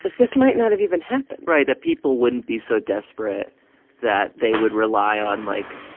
like this might not have even happened right that people wouldn't be so desperate that they would rely on, like,